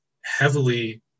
heavily